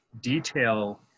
detail